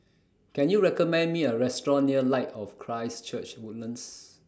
Can YOU recommend Me A Restaurant near Light of Christ Church Woodlands